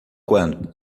quando